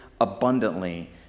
abundantly